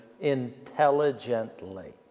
intelligently